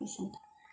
एसेनोसै